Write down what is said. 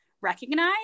recognize